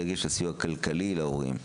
בדגש על סיוע כלכלי להורים?